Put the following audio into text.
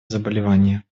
заболевания